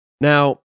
Now